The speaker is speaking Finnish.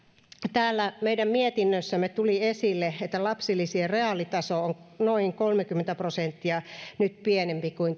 täällä meidän mietinnössämme tuli esille että lapsilisien reaalitaso on nyt noin kolmekymmentä prosenttia pienempi kuin